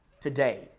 today